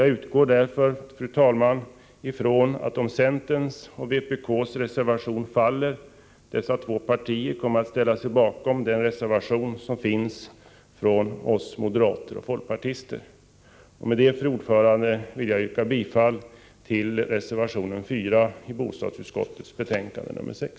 Jag utgår därför, fru talman, ifrån att om centerns och vpk:s reservation faller, dessa två partier kommer att ställa sig bakom den reservation som finns från oss moderater och folkpartister. Med det, fru talman, vill jag yrka bifall till reservation 4 vid bostadsutskottets betänkande nr 6.